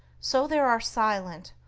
so there are silent,